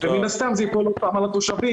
ומן הסתם זה ייפול עוד פעם על התושבים,